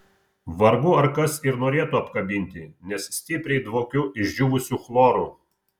vargu ar kas ir norėtų apkabinti nes stipriai dvokiu išdžiūvusiu chloru